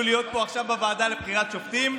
להיות פה עכשיו בוועדה לבחירת שופטים.